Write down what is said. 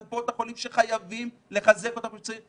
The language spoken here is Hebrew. קופות החולים שחייבים לחזק אותן כמו שצריך,